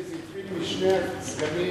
זה התחיל משני הסגנים,